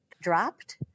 dropped